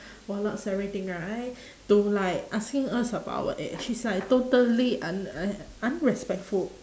warlords everything right to like asking us about our age it's like totally un~ un~ unrespectful